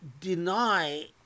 deny